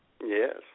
Yes